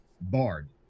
Bard